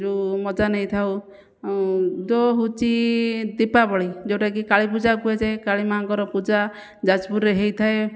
ଯେଉଁ ମଜା ନେଇଥାଉ ଦ ହେଉଛି ଦୀପାବଳି ଯେଉଁଟା କି କାଳୀ ପୂଜାକୁ କୁହାଯାଏ କାଳୀ ମା'ଙ୍କର ପୂଜା ଯାଜପୁରରେ ହୋଇଥାଏ